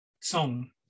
song